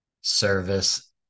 service